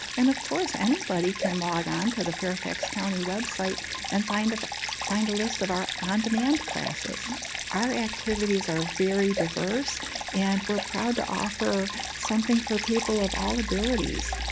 and of course anybody can log-on to the fairfax county website and find of find a list of our on-demand classes or activities are very diverse and we're proud to offer something for people of all abilities.